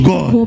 God